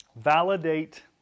Validate